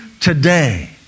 today